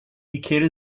ikeda